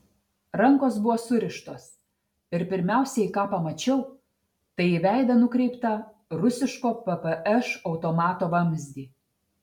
rankos buvo surištos ir pirmiausiai ką pamačiau tai į veidą nukreiptą rusiško ppš automato vamzdį